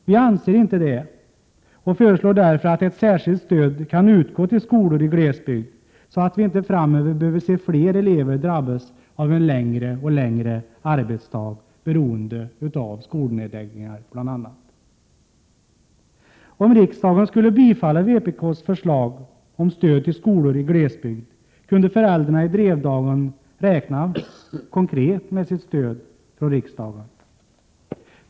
Vi anser inte det och föreslår därför att ett särskilt stöd kan utgå till skolor i glesbygd så att vi inte framöver behöver se fler elever drabbas av längre och längre arbetsdag, beroende på bl.a. skolnedläggningar. Om riksdagen skulle bifalla vpk:s förslag om stöd till skolor i glesbygd, kunde föräldrarna i Drevdagen räkna med konkret stöd från riksdagen.